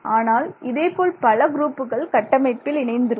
ஆனால் இதேபோல் பல குரூப்புகள் கட்டமைப்பில் இணைந்திருக்கும்